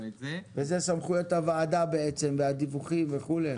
וזה סמכויות הוועדה בעצם והדיווחים וכולי.